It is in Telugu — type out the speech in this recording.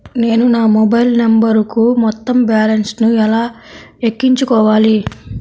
నేను నా మొబైల్ నంబరుకు మొత్తం బాలన్స్ ను ఎలా ఎక్కించుకోవాలి?